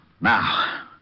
Now